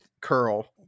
curl